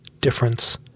difference